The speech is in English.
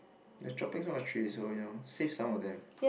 nature things on the tree so ya save some of them